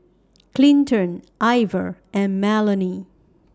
Clinton Iver and Melony